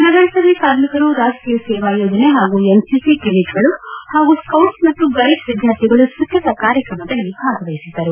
ನಗರಸಭೆ ಕಾರ್ಮಿಕರು ರಾಷ್ಟೀಯ ಸೇವಾ ಯೋಜನೆ ಹಾಗೂ ಎನ್ ಸಿಸಿ ಕೆಡಿಟ್ ಗಳು ಹಾಗೂ ಸ್ಕೌಟ್ಲ್ ಮತ್ತು ಗೈಡ್ಲ್ ವಿದ್ಯಾರ್ಥಿಗಳು ಸ್ವಚ್ನತಾ ಕಾರ್ಯಕ್ರಮದಲ್ಲಿ ಭಾಗವಹಿಸಿದ್ದರು